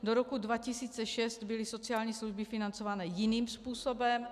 Do roku 2006 byly sociální služby financované jiným způsobem.